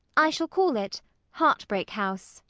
i shall call it heartbreak house.